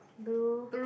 blue